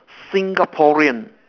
Singaporean